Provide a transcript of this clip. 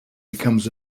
becomes